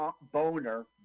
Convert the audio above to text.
Boner